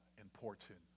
important